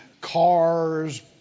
cars